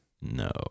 No